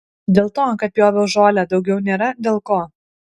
dėl to kad pjoviau žolę daugiau nėra dėl ko